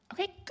Okay